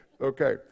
Okay